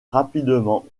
rapidement